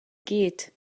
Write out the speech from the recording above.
gyd